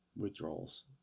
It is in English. withdrawals